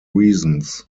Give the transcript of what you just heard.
reasons